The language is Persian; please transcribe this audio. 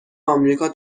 امریکا